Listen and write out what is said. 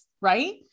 right